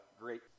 great